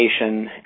education